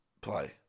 play